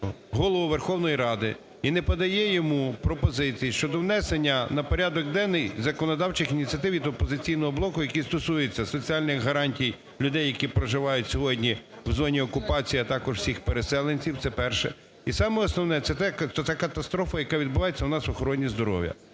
Голову Верховної Ради і не подає йому пропозиції щодо внесення на порядок денний законодавчих ініціатив і до "Опозиційного блоку", який стосується соціальних гарантій людей, які проживають сьогодні в зоні окупації, а також всіх переселенців. Це перше. І саме основне - це те, та катастрофа, яка відбувається у нас в охороні здоров'я.